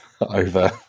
over